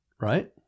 right